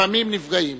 לפעמים נפגעים.